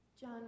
John